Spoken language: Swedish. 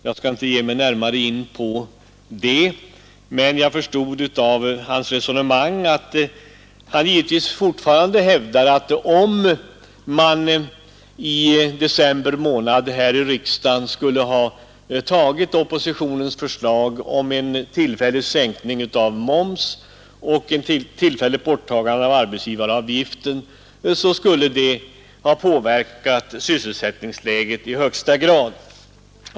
Jag skall inte ge mig närmare in på det, men jag förstod av hans resonemang att han givetvis fortfarande hävdar att om riksdagen i december månad i fjol hade accepterat oppositionens förslag om en tillfällig sänkning av momsen och ett tillfälligt borttagande av arbetsgivaravgiften, skulle det ha påverkat sysselsättningsläget i högsta grad.